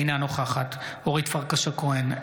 אינה נוכחת אורית פרקש הכהן,